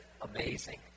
amazing